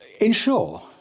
ensure